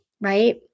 Right